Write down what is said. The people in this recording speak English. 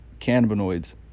cannabinoids